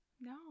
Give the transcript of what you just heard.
No